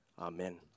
Amen